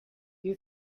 you